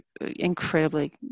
incredibly